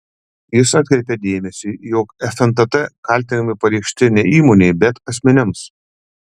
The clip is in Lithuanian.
jis atkreipia dėmesį jog fntt kaltinimai pareikšti ne įmonei bet asmenims